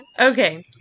Okay